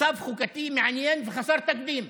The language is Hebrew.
מצב חוקתי מעניין וחסר תקדים.